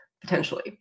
potentially